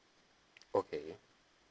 okay